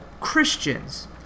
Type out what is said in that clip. Christians